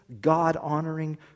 God-honoring